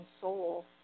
soul